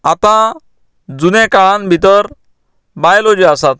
आता जुनें काळांत भितर बायलो ज्यो आसात